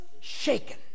shaken